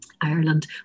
Ireland